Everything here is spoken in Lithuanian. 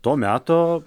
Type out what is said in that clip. to meto